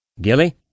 Gilly